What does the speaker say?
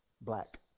black